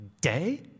day